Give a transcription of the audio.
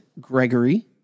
Gregory